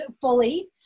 fully